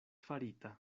farita